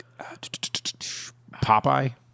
Popeye